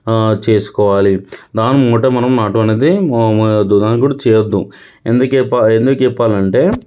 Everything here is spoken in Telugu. చేసుకోవాలి దాని మఠం మనం నాటు అనేది దానికి కూడా చెయ్యద్దు ఎందుకే ఎందుకు చెప్పాలంటే